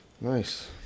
Nice